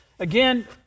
Again